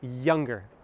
younger